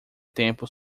tempo